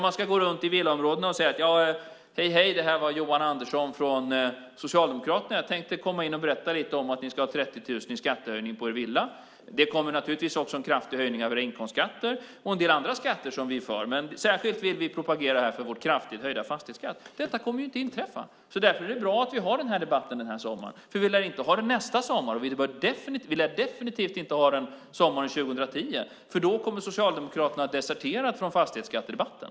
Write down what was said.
Man ska gå runt i villaområdena och säga: Hej, hej, det här var Johan Andersson från Socialdemokraterna. Jag tänkte komma in och berätta lite om att ni ska ha 30 000 i skattehöjning på er villa. Det kommer naturligtvis också en kraftig höjning av era inkomstskatter och en del andra skatter som vi är för. Men vi vill här särskilt propagera för vår kraftigt höjda fastighetsskatt. Detta kommer inte att inträffa. Därför är det bra att vi har den här debatten i sommar. Vi kommer inte att ha den nästa sommar, och vi lär definitivt inte ha den sommaren 2010. Då kommer Socialdemokraterna att desertera från fastighetsskattedebatten.